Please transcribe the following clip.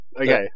Okay